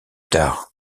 tard